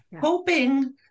hoping